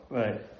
right